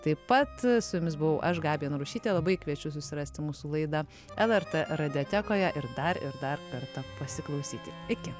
taip pat su jumis buvau aš gabija narušytė labai kviečiu susirasti mūsų laidą lrt radiotekoje ir dar ir dar kartą pasiklausyti iki